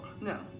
No